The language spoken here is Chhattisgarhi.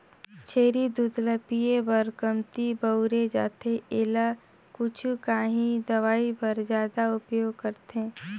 छेरी दूद ल पिए बर कमती बउरे जाथे एला कुछु काही दवई बर जादा उपयोग करथे